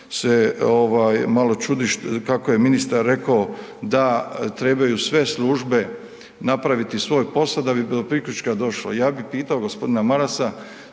se malo čudi kako je ministar rekao da trebaju sve službe napraviti svoj posao, da bi do priključka došlo. Ja bi pitao g. Marasa,